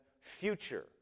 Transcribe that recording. future